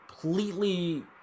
completely